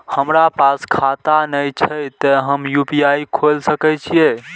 हमरा पास खाता ने छे ते हम यू.पी.आई खोल सके छिए?